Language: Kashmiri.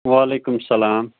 وعلیکُم سلام